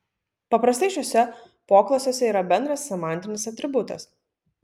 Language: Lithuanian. paprastai šiuose poklasiuose yra bendras semantinis atributas